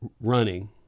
running